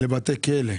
לבתי כלא